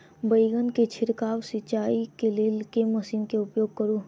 बैंगन केँ छिड़काव सिचाई केँ लेल केँ मशीन केँ प्रयोग करू?